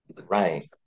Right